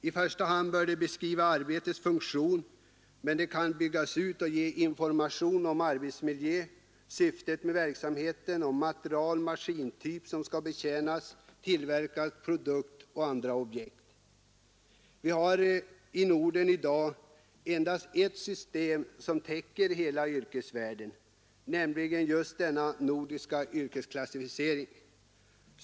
I första hand bör den beskriva arbetets funktion men kan byggas ut för att ge information om arbetsmiljö, syftet med verksamheten, material, maskintyp som skall betjänas, tillverkad produkt och andra objekt. Vi har i Norden i dag endast ett system som täcker hela yrkesvärlden — nämligen den nordiska yrkesklassificeringen.